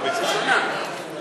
ראשונה.